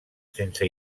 sense